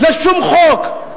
לשום חוק.